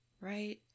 Right